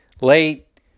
late